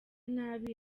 nabi